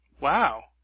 Wow